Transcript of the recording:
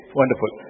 wonderful